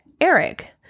Eric